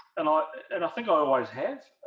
and i and i think ah i always have